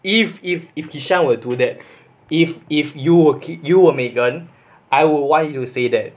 if if if kishan will do that if if you were megan I would want you say that